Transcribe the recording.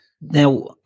Now